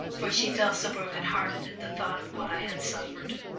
for she felt so broken-hearted at the thought of what i had suffered.